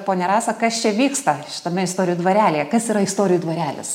ponia rasa kas čia vyksta šitame istorijų dvarelyje kas yra istorijų dvarelis